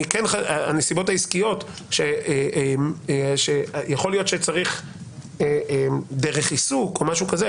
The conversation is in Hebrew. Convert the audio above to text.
הנסיבות העסקיות שיכול להיות שצריך דרך עיסוק או משהו כזה,